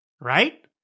right